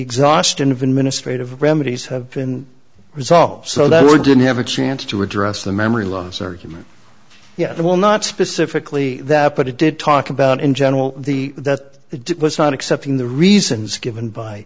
exhaustion of administrative remedies have been resolved so that we didn't have a chance to redress the memory loss or him yet they will not specifically that but it did talk about in general the that it was not accepting the reasons given by